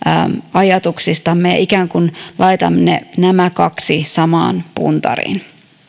ajatuksistamme ikään kuin laitamme nämä kaksi samaan puntariin